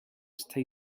stay